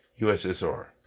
USSR